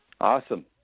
awesome